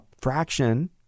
fraction